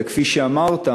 זה כפי שאמרת,